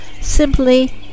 simply